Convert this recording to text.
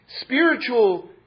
spiritual